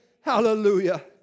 hallelujah